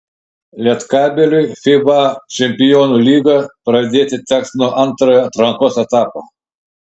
lietkabeliui fiba čempionų lygą pradėti teks nuo antrojo atrankos etapo